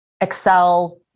Excel